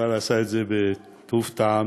אבל עשה את זה בטוב טעם,